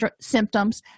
symptoms